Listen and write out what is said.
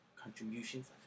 Contributions